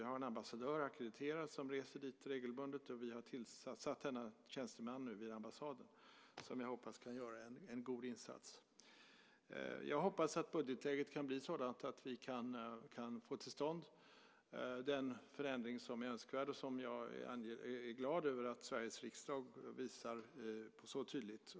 Vi har en ambassadör ackrediterad som reser dit regelbundet, och vi har tillsatt denna tjänsteman som är placerad på den finska ambassaden och som jag hoppas kan göra en god insats. Jag hoppas att budgetläget kan bli sådant att vi kan få till stånd den förändring som är önskvärd och som jag är glad över att Sveriges riksdag visar så tydligt.